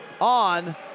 on